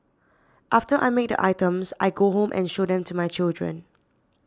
after I make the items I go home and show them to my children